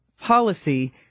policy